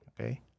okay